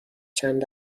چند